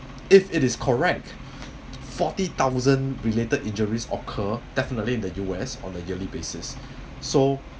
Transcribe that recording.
if it is correct forty thousand related injuries occur definitely in the U_S on a yearly basis so